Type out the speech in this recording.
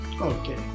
okay